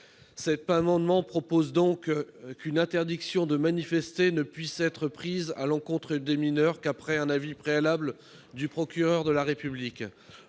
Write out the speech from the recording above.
Cet amendement vise ainsi à prévoir qu'une interdiction de manifester ne puisse être prise à l'encontre d'un mineur qu'après un avis préalable du procureur de la République.